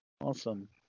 awesome